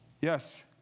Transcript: Yes